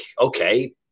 okay